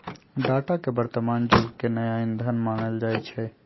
data के वर्तमान जुग के नया ईंधन मानल जाई छै